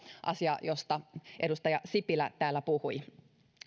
asia josta edustaja sipilä täällä puhui